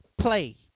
play